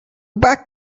back